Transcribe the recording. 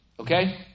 Okay